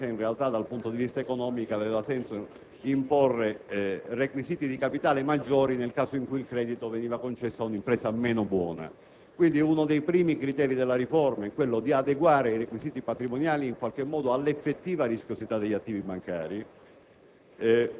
di capitale, ma in realtà, dal punto di vista economico, aveva senso imporre requisiti di capitale maggiori nel caso in cui il credito veniva concesso ad un'impresa meno buona. Quindi, uno dei primi criteri della riforma è quello di adeguare i requisiti patrimoniali in qualche modo all'effettiva rischiosità degli attivi bancari.